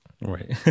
Right